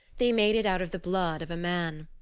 they made it out of the blood of a man.